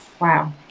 Wow